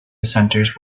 dissenters